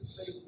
say